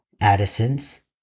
Addison's